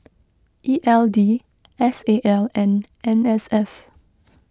E L D S A L and N S F